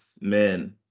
man